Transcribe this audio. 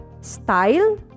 style